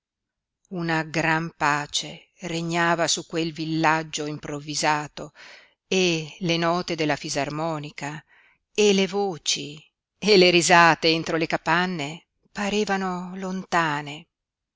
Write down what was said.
una gran pace regnava su quel villaggio improvvisato e le note della fisarmonica e le voci e le risate entro le capanne parevano lontane